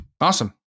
Awesome